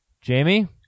Jamie